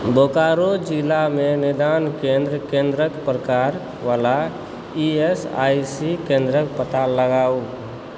बोकरो जिलामे निदान केन्द्रक प्रकार वला ई एस आई सी केन्द्रक पता लगाउ